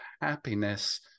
happiness